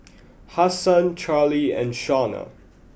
Hasan Charlee and Shawna